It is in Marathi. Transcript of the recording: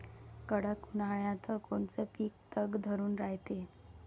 कडक उन्हाळ्यात कोनचं पिकं तग धरून रायते?